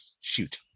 Shoot